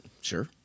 Sure